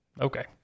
Okay